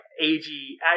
AG